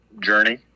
journey